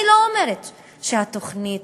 אני לא אומרת שהתוכנית